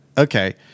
Okay